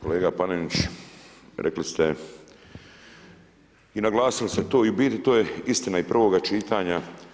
Kolega Panenić, rekli ste i naglasili ste to i u biti to je istina i prvoga čitanja.